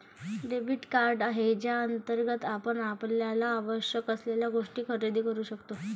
debit card आहे ज्याअंतर्गत आपण आपल्याला आवश्यक असलेल्या गोष्टी खरेदी करू शकतो